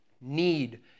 Need